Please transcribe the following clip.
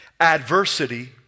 Adversity